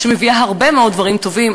שמביאה הרבה מאוד דברים טובים,